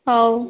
ହଉ